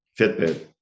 Fitbit